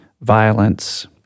violence